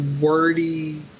wordy